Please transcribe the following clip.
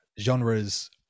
genres